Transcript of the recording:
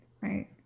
right